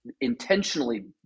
intentionally